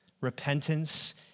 Repentance